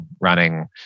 running